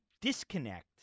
disconnect